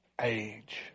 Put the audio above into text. age